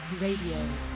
Radio